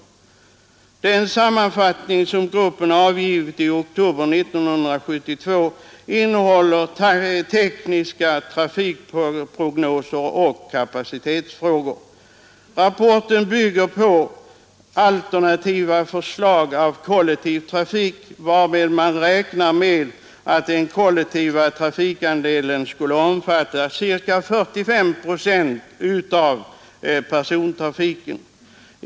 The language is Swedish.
Den sammanfattning som grupperna avgivit i oktober 1972 innehåller tekniska trafikprognoser och kapacitetsfrågor. Rapporten bygger på alternativa förslag av kollektiv trafik, varvid man räknar med att den kollektiva trafikandelen skulle omfatta ca 45 procent av persontrafiken.